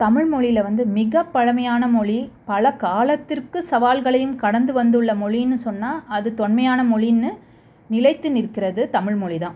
தமிழ்மொழியில் வந்து மிகப்பழமையான மொழி பல காலத்திற்கு சவால்களையும் கடந்து வந்துள்ள மொழின்னு சொன்னால் அது தொன்மையான மொழின்னு நிலைத்து நிற்கின்றது தமிழ்மொழிதான்